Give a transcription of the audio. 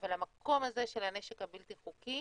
אבל המקום הזה של הנשק הבלתי חוקי